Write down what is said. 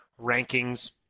rankings